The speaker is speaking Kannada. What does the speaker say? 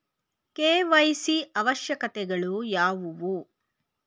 ಕೆ.ವೈ.ಸಿ ಅವಶ್ಯಕತೆಗಳು ಯಾವುವು?